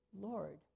Lord